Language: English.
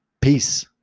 Peace